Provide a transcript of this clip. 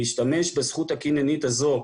להשתמש בזכות הקניינית הזו,